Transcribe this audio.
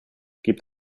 gibt